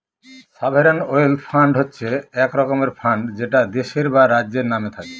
sovereign wealth fund হচ্ছে এক রকমের ফান্ড যেটা দেশের বা রাজ্যের নামে থাকে